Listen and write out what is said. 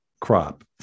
crop